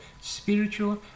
spiritual